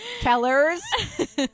Kellers